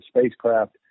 spacecraft